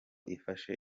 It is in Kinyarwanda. ifashe